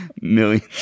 millions